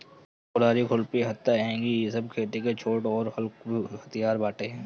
हसुआ, कुदारी, खुरपी, हत्था, हेंगी इ सब खेती के छोट अउरी हलुक हथियार बाटे